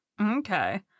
okay